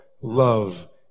love